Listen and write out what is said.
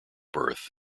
birth